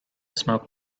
smoke